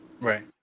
Right